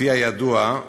כפי הידוע,